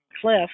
Cliff